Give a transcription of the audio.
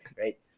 right